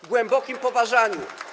w głębokim poważaniu.